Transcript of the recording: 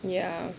ya